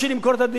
למשל,